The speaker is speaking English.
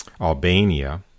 Albania